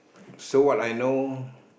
so what I know